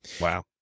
wow